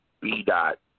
B-Dot